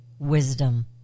wisdom